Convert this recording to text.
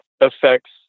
affects